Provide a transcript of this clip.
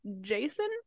Jason